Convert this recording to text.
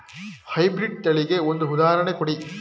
High breed ತಳಿಗೆ ಒಂದು ಉದಾಹರಣೆ ಕೊಡಿ?